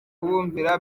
kubumvira